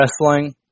wrestling